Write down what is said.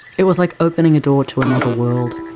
it was like opening a door to another world.